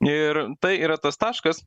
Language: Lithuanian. ir tai yra tas taškas